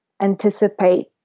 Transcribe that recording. anticipate